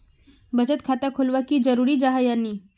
बचत खाता खोलना की जरूरी जाहा या नी?